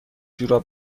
جوراب